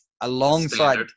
Alongside